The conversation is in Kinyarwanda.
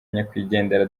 nyakwigendera